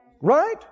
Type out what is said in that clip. Right